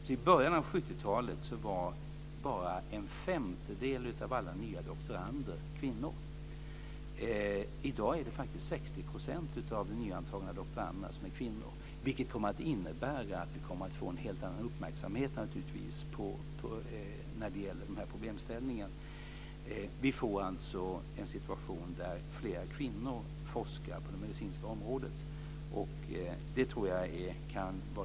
I början av 70 talet var bara en femtedel av alla nya doktorander kvinnor. I dag är det faktiskt 60 % av de nyantagna doktoranderna som är kvinnor, vilket kommer att innebära att vi kommer att få en helt annan uppmärksamhet på problemställningen. Vi får en situation där fler kvinnor forskar på det medicinska området.